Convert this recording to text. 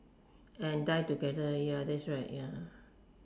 and die together ya that's right ya